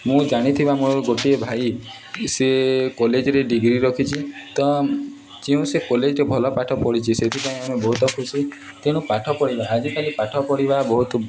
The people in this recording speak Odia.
ମୁଁ ଜାଣିଥିବା ମୋର ଗୋଟିଏ ଭାଇ ସିଏ କଲେଜ୍ରେ ଡ଼ିଗ୍ରୀ ରଖିଛି ତ ଯେଉଁ ସେ କଲେଜ୍ରେ ଭଲ ପାଠ ପଢ଼ିଛି ସେଥିପାଇଁ ଆମେ ବହୁତ ଖୁସି ତେଣୁ ପାଠ ପଢ଼ିବା ଆଜିକାଲି ପାଠ ପଢ଼ିବା ବହୁତ